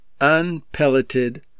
unpelleted